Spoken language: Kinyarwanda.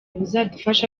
buzadufasha